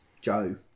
Joe